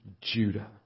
Judah